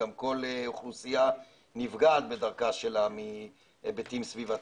גם כל אוכלוסייה נפגעת בדרכה שלה מהיבטים סביבתיים.